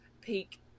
peak